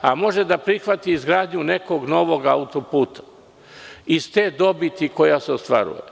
a može da prihvati izgradnju nekog novog autoputa iz te dobiti koja se ostvaruje.